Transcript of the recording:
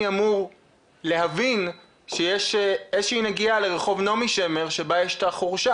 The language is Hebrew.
אמור להבין שיש איזו שהיא נגיעה לרחוב נעמי שמר שבה יש את החורשה?